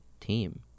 team